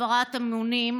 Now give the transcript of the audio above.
הפרת אמונים,